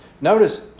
notice